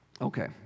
okay